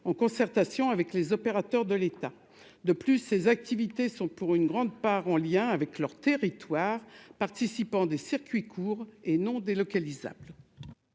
en concertation avec les opérateurs de l'État, de plus, ces activités sont pour une grande part en lien avec leur territoire participant des circuits courts et non délocalisent.